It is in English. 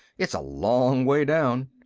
it's a long way down.